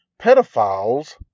pedophiles